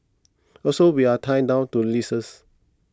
also we are tied down to leases